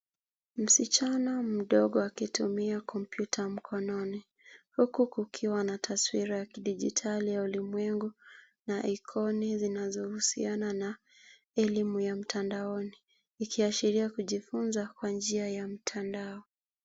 Msichana mdogo akitumia kompyuta mkononi huku kukiwa na taswira ya kidigitali ya ulimwengu na ikoni zinazohusiana na elimu ya mtandaoni. Ikiashiria kujifunza kwa njia ya mtandaoni.